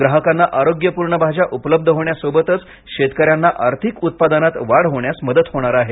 ग्राहकांना आरोग्यपूर्ण भाज्या उपलब्ध होण्यासोबतच शेतकऱ्यांना आर्थिक उत्पादनात वाढ होण्यास मदत होणार आहे